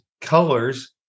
colors